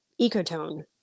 Ecotone